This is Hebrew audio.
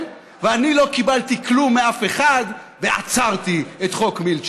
ואני לא קיבלתי כלום מאף אחד ועצרתי את חוק מילצ'ן.